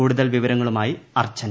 കൂടുതൽ വിവരങ്ങളുമായി അർച്ചന